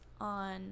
on